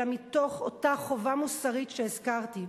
אלא מתוך אותה חובה מוסרית שהזכרתי,